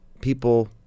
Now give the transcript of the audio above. people